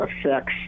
affects